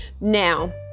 now